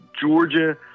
Georgia